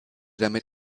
damit